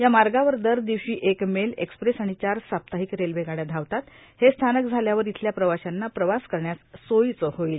या मार्गावर दर दिवशी एक मेल एक्सप्रेस आणि चार साप्ताहिक रेल्वे गाड्या धावतात हे स्थानक झाल्यावर इथल्या प्रवश्यांना प्रवास करण्यास सोयीचं होईल